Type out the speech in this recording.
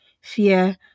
fear